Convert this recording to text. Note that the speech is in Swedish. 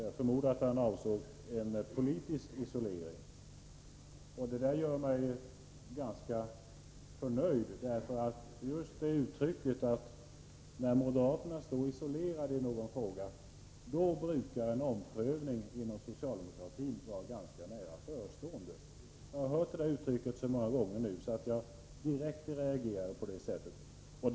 Jag förmodar att han avsåg en politisk isolering. Detta gör mig ganska förnöjd. När uttrycket används att moderaterna står isolerade i någon fråga, då brukar en omprövning inom socialdemokratin vara ganska nära förestående. Jag har hört det uttrycket så många gånger nu, att jag direkt reagerar på det sättet.